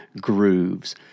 grooves